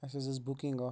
اَسہِ حظ ٲس بُکِنٛگ اَکھ